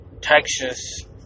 Texas